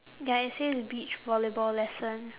ya it says beach volleyball lesson